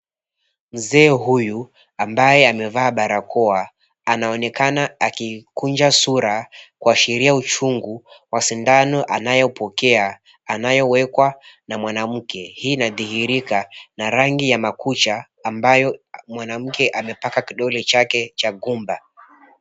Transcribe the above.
Mzee huyu ambaye amevaa barakoa anaonekana akikunja sura kuashiria uchungu wa sindano anayopokea anayowekwa na mwanamke. Hii inadhihirika na rangi ya makucha ambayo mwanamke amepaka kidole chake cha gumba.